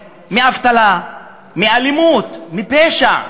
מאבטלה, מאלימות, מפשע.